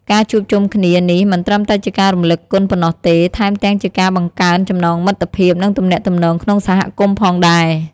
ការជួបជុំគ្នានេះមិនត្រឹមតែជាការរំលឹកគុណប៉ុណ្ណោះទេ ថែមទាំងជាការបង្កើនចំណងមិត្តភាព និងទំនាក់ទំនងក្នុងសហគមន៍ផងដែរ។